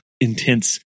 intense